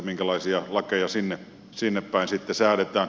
minkälaisia lakeja sinnepäin sitten säädetään